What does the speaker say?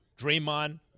Draymond